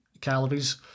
calories